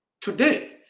Today